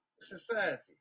society